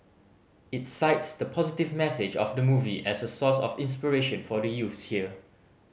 it cites the positive message of the movie as a source of inspiration for the youths here